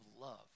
love